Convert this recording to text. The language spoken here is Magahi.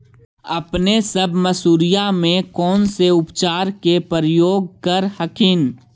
अपने सब मसुरिया मे कौन से उपचार के प्रयोग कर हखिन?